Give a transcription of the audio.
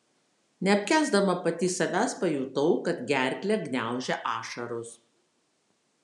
neapkęsdama pati savęs pajutau kad gerklę gniaužia ašaros